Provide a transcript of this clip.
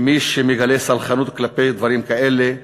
ומי שמגלה סלחנות כלפי דברים כאלה,